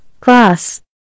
class